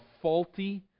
faulty